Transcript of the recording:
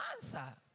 answer